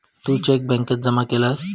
तू cheque बॅन्केत जमा केलं?